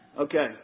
Okay